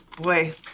Boy